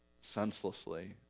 senselessly